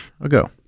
ago